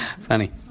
Funny